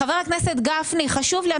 חבר הכנסת גפני, חשוב לי.